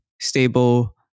stable